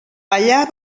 allà